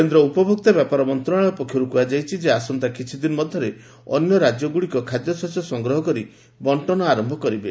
କେନ୍ଦ୍ର ଉପଭୋକ୍ତା ବ୍ୟାପାର ମନ୍ତ୍ରଣାଳୟ ପକ୍ଷରୁ କୁହାଯାଇଛି ଯେ ଆସନ୍ତା କିଛିଦିନ ମଧ୍ୟରେ ଅନ୍ୟ ରାଜ୍ୟଗୁଡ଼ିକ ଖାଦ୍ୟଶସ୍ୟ ସଂଗ୍ରହ କରି ବଣ୍ଟନ ଆରମ୍ଭ କରିବେ